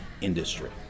industry